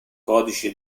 codice